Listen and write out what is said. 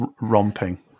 romping